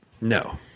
No